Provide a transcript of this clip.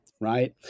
Right